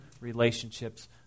relationships